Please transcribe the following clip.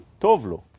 tovlo